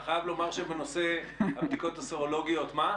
אתה חייב לומר שבנושא הבדיקות הסרולוגיות מה?